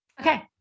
Okay